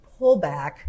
pullback